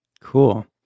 Cool